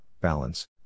balance